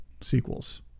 sequels